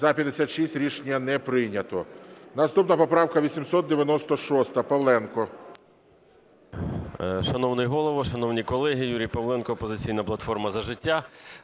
За-56 Рішення не прийнято. Наступна поправка 896, Павленко.